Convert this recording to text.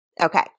Okay